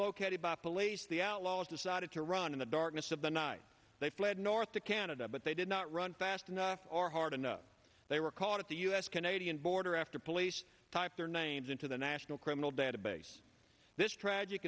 located by police the outlaws decided to run in the darkness of the night they fled north to canada but they did not run fast enough or hard enough they were caught at the u s canadian border at police type their names into the national criminal database this tragic